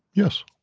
yes